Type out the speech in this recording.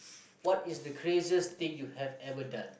what is the craziest thing you have ever done